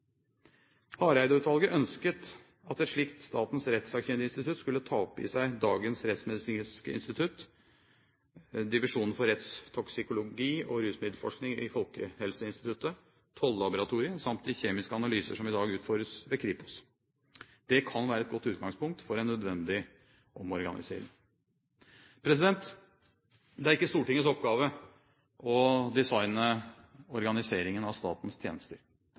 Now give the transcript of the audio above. ønsket at et slikt statens rettssakkyndige institutt skulle ta opp i seg dagens Rettsmedisinsk institutt, Divisjon for rettstoksikologi og rusmiddelforskning i Folkehelseinstituttet, Tollaboratoriet samt de kjemiske analyser som i dag utføres ved Kripos. Det kan være et godt utgangspunkt for en nødvendig omorganisering. Det er ikke Stortingets oppgave å designe organiseringen av statens tjenester.